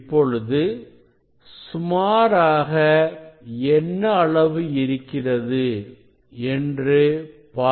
இப்பொழுது சுமாராக என்ன அளவு இருக்கிறது என்று பார்க்க வேண்டும்